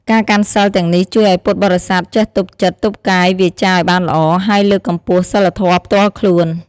ការកាន់សីលទាំងនេះជួយឱ្យពុទ្ធបរិស័ទចេះទប់ចិត្ត ទប់កាយវាចាឱ្យបានល្អ ហើយលើកកម្ពស់សីលធម៌ផ្ទាល់ខ្លួន។